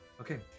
Okay